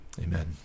Amen